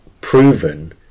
proven